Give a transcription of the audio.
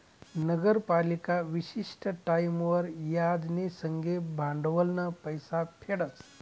नगरपालिका विशिष्ट टाईमवर याज ना संगे भांडवलनं पैसा फेडस